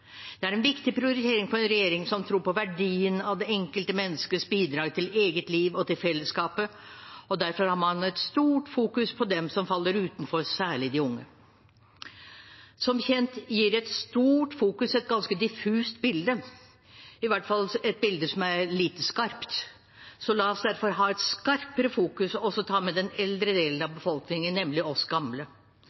Det er en viktig prioritering for en regjering som tror på verdien av det enkelte menneskes bidrag til eget liv og til fellesskapet. Derfor har man et stort fokus på dem som faller utenfor, særlig de unge. Som kjent gir et stort fokus et ganske diffust bilde, i hvert fall et bilde som er lite skarpt. La oss derfor ha et skarpere fokus og også ta med den eldre delen av befolkningen, nemlig oss gamle.